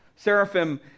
Seraphim